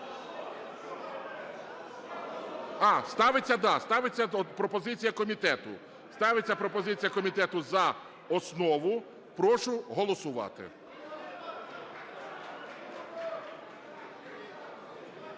Ставиться пропозиція комітету за основу. Прошу голосувати.